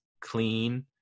clean